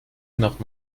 nach